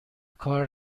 کار